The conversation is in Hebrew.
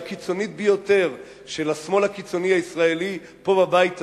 שהיא הקיצונית ביותר של השמאל הקיצוני הישראלי פה בבית זה,